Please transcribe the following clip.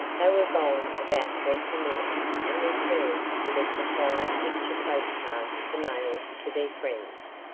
they were gone about twenty minutes and returned with a supply of picture postcards to mail to their friends.